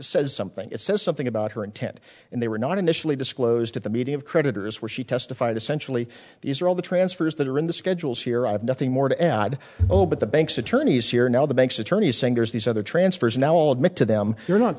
says something it says something about her intent and they were not initially disclosed at the meeting of creditors where she testified essentially these are all the transfers that are in the schedules here i have nothing more to add oh but the banks attorneys here now the banks attorneys saying there's these other transfers now all admit to them you're not